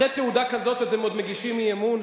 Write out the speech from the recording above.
אחרי תעודה כזאת, אתם עוד מגישים אי-אמון?